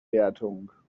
wertung